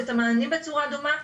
את המענים בצורה דומה.